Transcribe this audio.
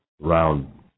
round